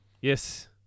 Yes